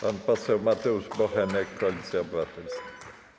Pan poseł Mateusz Bochenek, Koalicja Obywatelska.